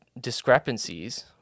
discrepancies